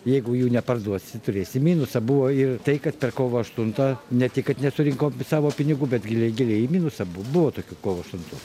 jeigu jų neparduosi turėsi minusą buvo ir tai kad per kovo aštuntą ne tik kad nesurinkom savo pinigų bet giliai giliai į minusą buvo tokių kovo aštuntų